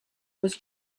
was